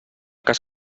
cas